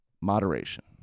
moderation